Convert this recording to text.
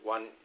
One